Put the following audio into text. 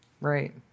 right